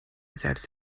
selbst